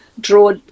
draw